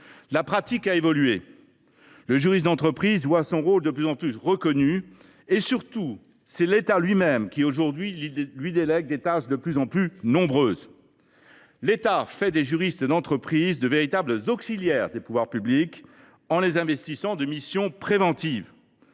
la pratique a évolué : le juriste d’entreprise voit son rôle de plus en plus reconnu. Surtout, l’État lui même lui délègue désormais des tâches de plus en plus nombreuses. Ce faisant, il fait des juristes d’entreprise de véritables auxiliaires des pouvoirs publics, en les investissant de missions préventives,